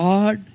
God